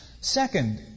Second